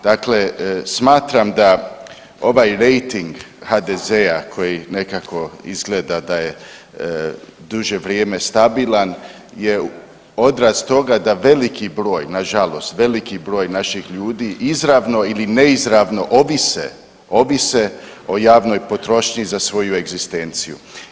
Dakle, smatram da ovaj rejting HDZ-a koji nekako izgleda da je duže vrijeme stabilan je odraz toga da veliki broj, nažalost veliki broj naših ljudi izravno ili neizravno ovise, ovise o javnoj potrošnji za svoju egzistenciju.